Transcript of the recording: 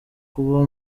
kuba